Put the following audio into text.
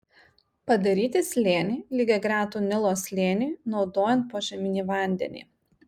padaryti slėnį lygiagretų nilo slėniui naudojant požeminį vandenį